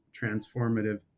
transformative